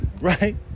Right